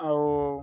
ଆଉ